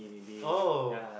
oh